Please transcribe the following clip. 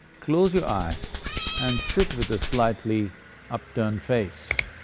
close your eyes and sit with a slightly upturned face.